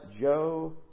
Joe